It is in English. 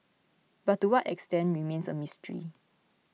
but to what extent remains a mystery